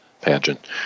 pageant